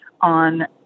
on